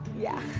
yeah.